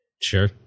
sure